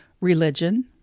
Religion